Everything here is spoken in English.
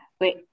wait